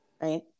right